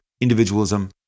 individualism